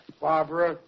Barbara